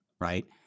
Right